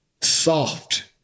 soft